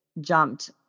Jumped